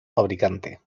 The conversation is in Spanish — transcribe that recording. fabricante